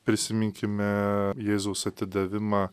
prisiminkime jėzaus atidavimą